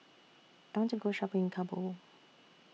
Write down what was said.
I want to Go Shopping in Kabul